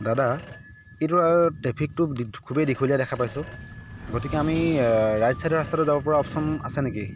দাদা এই ট্ৰেফিকটো খুবেই দীঘলীয়া দেখা পাইছোঁ গতিকে আমি ৰাইট চাইডৰ ৰাস্তাটোৰে যাব পৰা অপছ্ন আছে নেকি